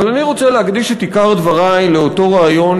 אבל אני רוצה להקדיש את עיקר דברי לאותו רעיון,